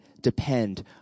depend